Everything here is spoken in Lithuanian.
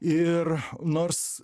ir nors